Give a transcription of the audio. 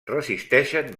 resisteixen